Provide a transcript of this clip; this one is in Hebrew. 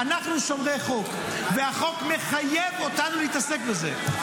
אנחנו שומרי חוק, והחוק מחייב אותנו להתעסק בזה.